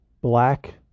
black